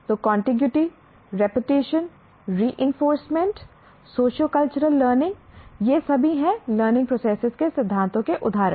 तो contiguity repetition reinforcement sociocultural learning ये सभी हैं लर्निंग प्रोसेस के सिद्धांतों के उदाहरण